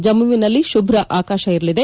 ಜಮ್ಮವಿನಲ್ಲಿ ಶುಭ್ರ ಆಕಾಶ ಇರಲಿದೆ